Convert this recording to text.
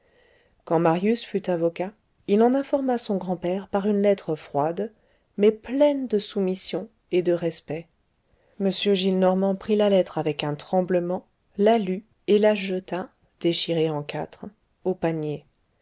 quand marius fut avocat il en informa son grand-père par une lettre froide mais pleine de soumission et de respect m gillenormand prit la lettre avec un tremblement la lut et la jeta déchirée en quatre au panier